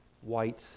white